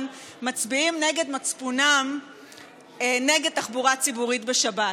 מצביעים נגד מצפונם נגד תחבורה ציבורית בשבת.